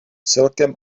celkem